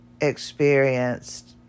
experienced